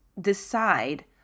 decide